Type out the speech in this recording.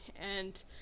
and-